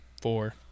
Four